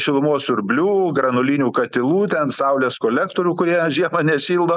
šilumos siurblių granulinių katilų ten saulės kolektorių kurie žiemą nešildo